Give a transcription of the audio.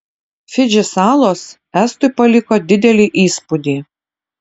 fidži salos estui paliko didelį įspūdį